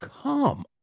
come